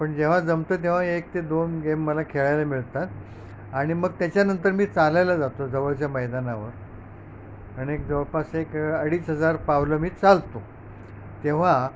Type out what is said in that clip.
पण जेव्हा जमतं तेव्हा एक ते दोन गेम मला खेळायला मिळतात आणि मग त्याच्यानंतर मी चालायला जातो जवळच्या मैदानावर आणि एक जवळपास एक अडीच हजार पावलं मी चालतो तेव्हा